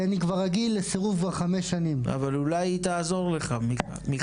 אבל אולי היא תעזור לך, מיכל.